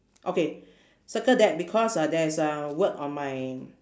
okay circle that because uh there is a word on my